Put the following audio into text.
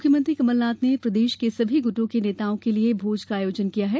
मुख्यमंत्री कमलनाथ ने प्रदेश के सभी गुटों के नेताओं के लिये भोज का आयोजन किया है